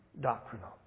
doctrinal